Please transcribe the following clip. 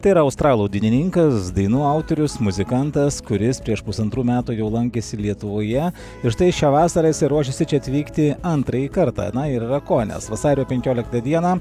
tai yra australų dainininkas dainų autorius muzikantas kuris prieš pusantrų metų jau lankėsi lietuvoje ir štai šią vasarą jisai ruošiasi čia atvykti antrąjį kartą na ir yra ko nes vasario penkioliktą dieną